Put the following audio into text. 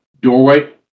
doorway